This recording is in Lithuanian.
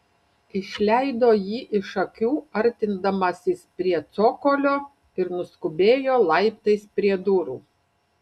išleido jį iš akių artindamasis prie cokolio ir nuskubėjo laiptais prie durų